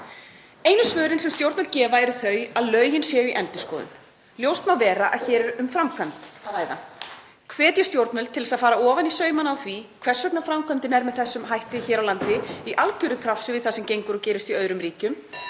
Einu svörin sem stjórnvöld gefa eru þau að lögin séu í endurskoðun. Ljóst má vera að hér er um framkvæmd að ræða. Hvet ég stjórnvöld til að fara ofan í saumana á því hvers vegna framkvæmdin er með þessum hætti hér á landi í algeru trássi við það sem gengur og gerist í öðrum ríkjum